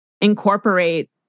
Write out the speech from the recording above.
incorporate